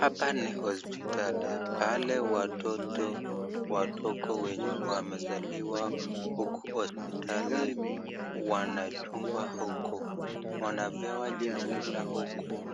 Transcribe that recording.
Hapa ni hospitali, pahali watoto wadogo wenye wamezaliwa huku hospitali wanachungwa huku, wanapewa chakula huku